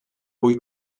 poi